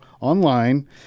online